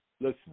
listen